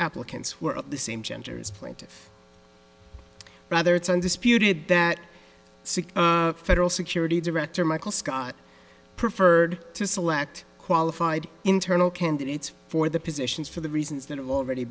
applicants were of the same genders plaintive rather it's undisputed that federal security director michael scott preferred to select qualified internal candidates for the positions for the reasons that have already